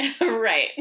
Right